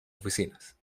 oficinas